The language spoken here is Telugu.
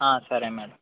సరే మ్యాడమ్